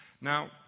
Now